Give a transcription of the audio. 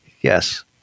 Yes